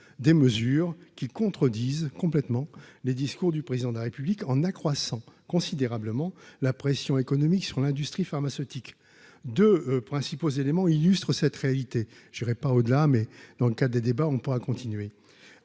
des mesures qui contredisent complètement les discours du président de la République en accroissant considérablement la pression économique sur l'industrie pharmaceutique, 2 principaux éléments illustrent cette réalité j'irais pas au delà, mais dans le cas des débats, on pourra continuer